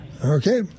Okay